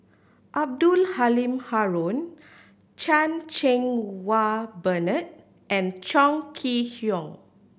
Abdul Halim Haron Chan Cheng Wah Bernard and Chong Kee Hiong